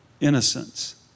innocence